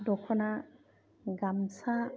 दखना गामसा